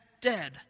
dead